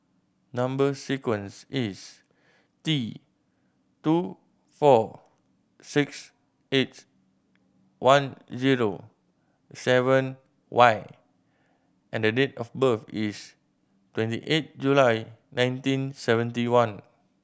number sequence is T two four six eight one zero seven Y and the date of birth is twenty eight July nineteen seventy one